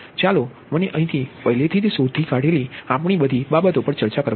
ચાલો મને અહીંથી પહેલેથી જ શોધી કાઢેલી આપણી આ બધી બાબતો પર ચર્ચા કરવા દો